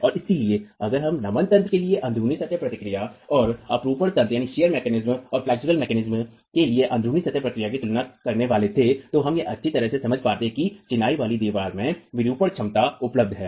और इसलिए अगर हम नमन तंत्र के लिए अन्ध्रुनी सतह प्रतिक्रिया और अपरूपण तंत्र के लिए अन्ध्रुनी सतह प्रतिक्रिया की तुलना करने वाले थे तो हम यह अच्छी तरह से समझ पाते हैं कि कैसे चिनाई वाली दीवार में विरूपण क्षमता उपलब्ध है